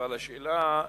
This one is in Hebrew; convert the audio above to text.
אבל השאלה,